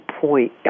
point